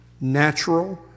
natural